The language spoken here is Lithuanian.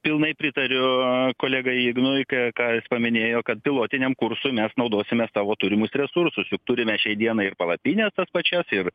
pilnai pritariu kolegai ignui ką ką jis paminėjo kad pilotiniam kursui mes naudosime savo turimus resursus juk turime šiai dienai ir palapines tas pačias ir